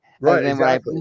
Right